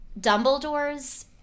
Dumbledore's